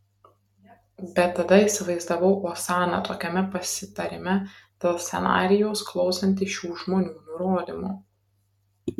bet tada įsivaizdavau osaną tokiame pasitarime dėl scenarijaus klausantį šių žmonių nurodymų